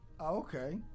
okay